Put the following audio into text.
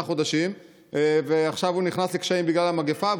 חודשים ועכשיו הוא נכנס לקשיים בגלל המגפה,